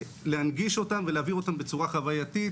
להנגיש אותם ולהעביר אותם בצורה חווייתית.